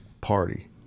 party